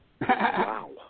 Wow